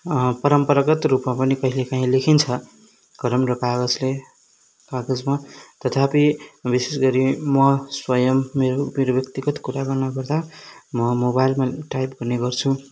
परमापरागत रूपमा पनि कहिले कहीँ लेखिन्छ कलम र कागजले कागजमा तथापि विशेष गरी म स्वयम् मेरो व्यक्तिगत कुरा गर्न पर्दा म मोबाइलमा टाइप गर्ने गर्छु